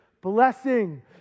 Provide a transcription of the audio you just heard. blessing